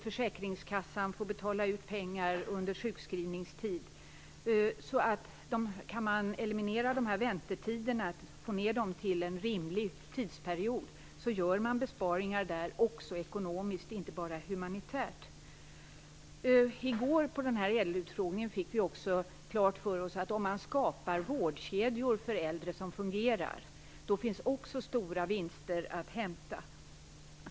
Försäkringskassan får betala ut pengar under sjukskrivningstiden. Om man kan få ned väntetiderna till en rimlig längd, gör man besparingar också ekonomiskt, inte bara humanitärt. På ÄDEL-utfrågningen i går fick vi också klart för oss att det finns stora vinster att hämta om man skapar fungerande vårdkedjor för äldre.